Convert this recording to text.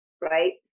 right